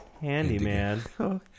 handyman